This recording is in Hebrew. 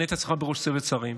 מנה את עצמך לראש צוות שרים,